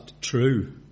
true